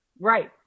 Right